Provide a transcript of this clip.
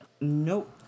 Nope